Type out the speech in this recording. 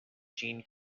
gene